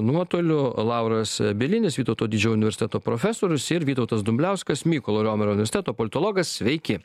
nuotoliu lauras bielinis vytauto didžiojo universiteto profesorius ir vytautas dumbliauskas mykolo riomerio universiteto politologas sveiki